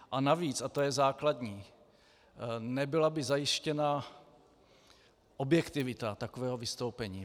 A navíc, a to je základní, nebyla by zajištěna objektivita takového vystoupení.